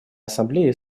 ассамблее